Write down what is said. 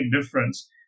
difference